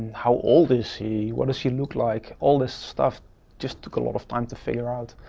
how old is she? what does she look like? all this stuff just took a lot of time to figure out.